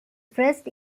first